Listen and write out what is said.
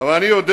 ואני יודע